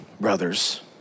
brothers